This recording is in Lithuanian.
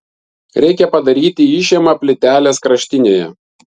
reikia padaryti išėmą plytelės kraštinėje